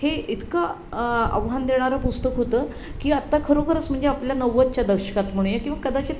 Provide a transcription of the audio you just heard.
हे इतकं आव्हान देणारं पुस्तक होतं की आत्ता खरोखरच म्हणजे आपल्या नव्वदच्या दशकात म्हणूया किंवा कदाचित